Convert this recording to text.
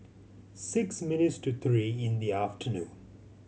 six minutes to three in the afternoon